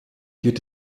geht